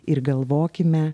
ir galvokime